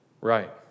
right